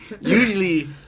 Usually